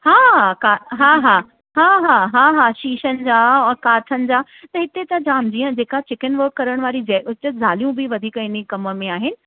हा क हा हा हा हा हा हा शीशन जा और काथन जा त हिते त जाम जीअं जेका चिकन वर्क करण वारी जे उते जालियूं बि वधीक इन कम में आहिनि